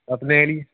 अपने एलियै